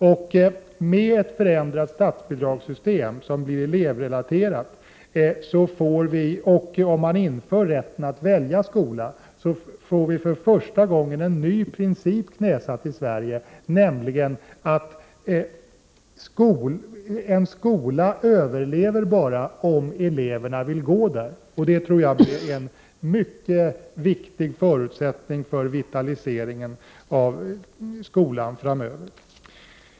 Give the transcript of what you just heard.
Om vi inför rätten att välja skola och förändrar statsbidragssystemet så att det blir elevrelaterat, får vi för första gången en ny princip knäsatt i Sverige, nämligen att en skola bara överlever om eleverna vill gå där. Detta tror jag är en mycket viktig förutsättning för vitaliseringen av skolan framöver.